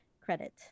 credit